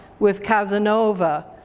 with casanova,